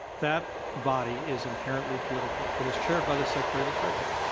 that body isinherently political. it is chaired by the secretary of the treasury.